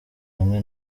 hamwe